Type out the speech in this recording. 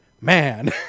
Man